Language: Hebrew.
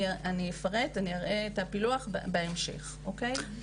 אני אפרט ואני אראה את הפילוח בהמשך, אוקיי?